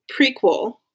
prequel